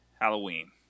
Halloween